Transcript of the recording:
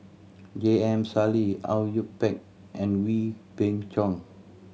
J M Sali Au Yue Pak and Wee Beng Chong